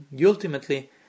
Ultimately